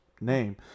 name